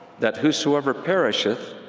that whosoever perisheth,